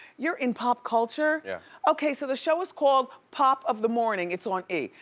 you're in pop culture? yeah. okay, so the show is called pop of the morning, it's on e!